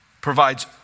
provides